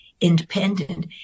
independent